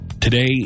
Today